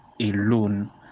alone